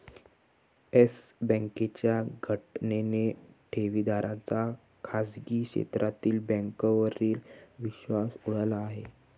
yes बँकेच्या घटनेने ठेवीदारांचा खाजगी क्षेत्रातील बँकांवरील विश्वास उडाला आहे